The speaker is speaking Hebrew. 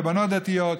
לבנות דתיות,